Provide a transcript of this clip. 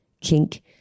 kink